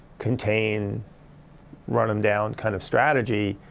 contained run them down kind of strategy.